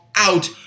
out